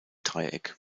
dreieck